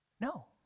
No